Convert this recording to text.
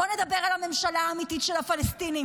בואו נדבר על הממשלה האמיתית של הפלסטינים,